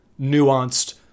nuanced